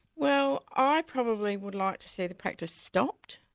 well i probably would like to see the practise stopped,